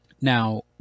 Now